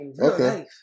okay